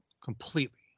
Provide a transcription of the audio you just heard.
completely